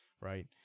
right